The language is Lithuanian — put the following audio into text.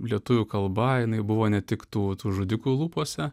lietuvių kalba jinai buvo ne tik tų tų žudikų lūpose